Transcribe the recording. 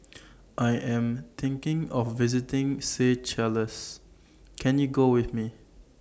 I Am thinking of visiting Seychelles Can YOU Go with Me